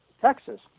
Texas